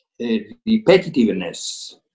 repetitiveness